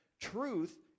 truth